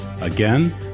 Again